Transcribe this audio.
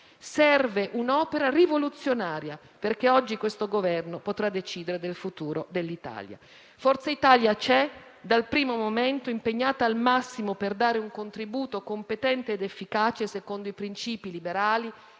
Serve un'opera rivoluzionaria, perché oggi questo Governo potrà decidere del futuro dell'Italia. Forza Italia c'è dal primo momento, impegnata al massimo per dare un contributo competente ed efficace secondo i principi liberali,